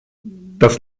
das